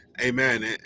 amen